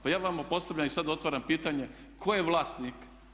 Pa ja vama postavljam i sad otvaram pitanje tko je vlasnik?